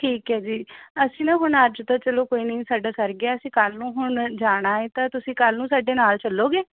ਠੀਕ ਹੈ ਜੀ ਅਸੀਂ ਨਾ ਹੁਣ ਅੱਜ ਤਾਂ ਚਲੋ ਕੋਈ ਨੀ ਸਾਡਾ ਸਰ ਗਿਆ ਅਸੀਂ ਕੱਲ੍ਹ ਨੂੰ ਹੁਣ ਜਾਣਾ ਏ ਤਾਂ ਤੁਸੀਂ ਕੱਲ੍ਹ ਨੂੰ ਸਾਡੇ ਨਾਲ਼ ਚੱਲੋਗੇ